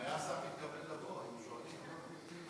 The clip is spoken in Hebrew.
אם היה השר מתכוון לבוא, היינו שואלים אותו.